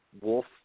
wolf